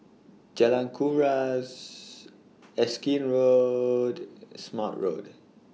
Jalan Kuras Erskine Road Smart Road